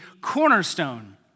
cornerstone